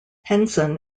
henson